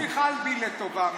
שינוי חל בי לטובה.